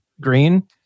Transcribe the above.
green